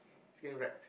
skin wrapped